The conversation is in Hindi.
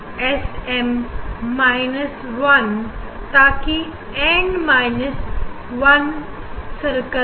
और एस एम माइनस वन ताकि and minus one circle they